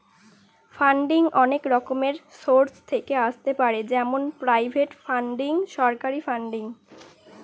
funding অনেক রকমের source থেকে আসতে পারে যেমন প্রাইভেট ফান্ডিং, সরকারি ফান্ডিং